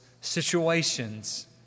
situations